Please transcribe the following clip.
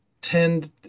tend